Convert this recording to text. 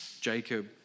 Jacob